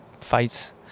fights